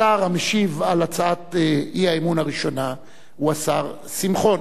השר המשיב על הצעת האי-אמון הראשונה הוא השר שמחון,